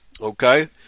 Okay